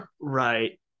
Right